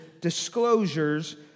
disclosures